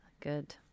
Good